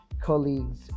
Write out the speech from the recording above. colleagues